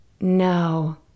No